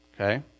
okay